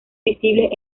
visibles